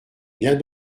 viens